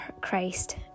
Christ